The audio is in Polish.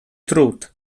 trud